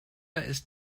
ist